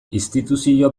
instituzio